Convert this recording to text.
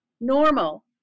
normal